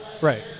Right